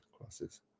classes